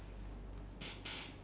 until what time ah